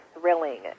thrilling